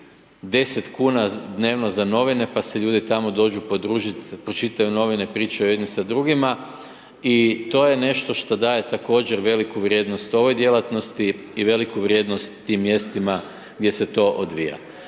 10 dnevno za novine, pa se ljudi tamo dođu podružiti, pročitaju novine, pričaju jedni sa drugima i to je nešto što daje također veliku vrijednost ovoj djelatnosti i veliku vrijednost tim mjestima gdje se to odvija.